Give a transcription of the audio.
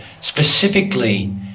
specifically